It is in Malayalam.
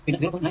6 പിന്നെ 0